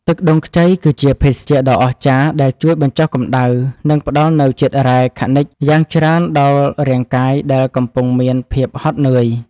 ទឹកដូងខ្ចីគឺជាភេសជ្ជៈដ៏អស្ចារ្យដែលជួយបញ្ចុះកម្តៅនិងផ្ដល់នូវជាតិរ៉ែខនិជយ៉ាងច្រើនដល់រាងកាយដែលកំពុងមានភាពហត់នឿយ។